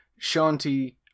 Shanti